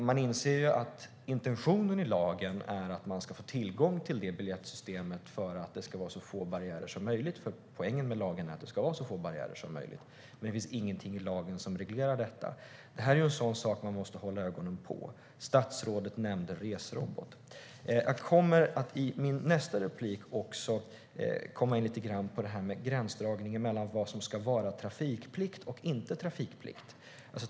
Man inser ju att intentionen i lagen är att det ska gå att få tillgång till det biljettsystemet för att det ska vara så få barriärer som möjligt, för poängen med lagen är att det ska vara så få barriärer som möjligt. Det finns dock ingenting i lagen som reglerar detta, och det är en sådan sak man måste hålla ögonen på. Statsrådet nämnde reserobot. Jag kommer i mitt nästa inlägg att komma in lite grann på det här med gränsdragning mellan vad som ska vara trafikplikt och inte trafikplikt.